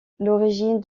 l’origine